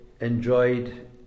enjoyed